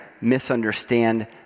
misunderstand